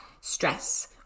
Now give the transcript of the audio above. stress